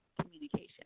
communication